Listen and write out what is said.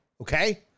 Okay